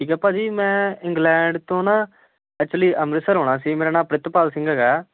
ਠੀਕ ਹੈ ਭਾਅ ਜੀ ਮੈਂ ਇੰਗਲੈਂਡ ਤੋਂ ਨਾ ਐਕਚੁਲੀ ਅੰਮ੍ਰਿਤਸਰ ਆਉਣਾ ਸੀ ਮੇਰਾ ਨਾਮ ਪ੍ਰਿਤਪਾਲ ਸਿੰਘ ਹੈਗਾ